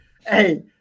Hey